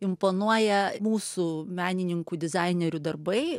imponuoja mūsų menininkų dizainerių darbai